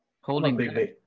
holding